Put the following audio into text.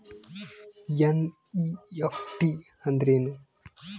NEFT ಅಂದ್ರೆನು?